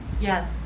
Yes